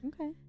okay